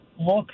Look